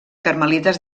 carmelites